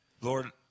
Lord